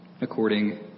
According